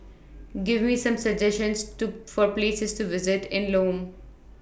Give Me Some suggestions to For Places to visit in Lome